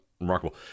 remarkable